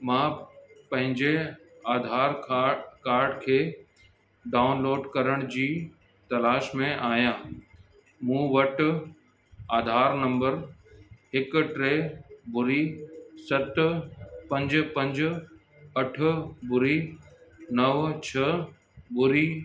मां पंहिंजे Aadhaar card card खे डाउनलोड करण जी तलाश में आहियां मूं वटि आधार नम्बर हिक टे ॿुड़ी सत पंज पंज अठ ॿुड़ी नव छह ॿुड़ी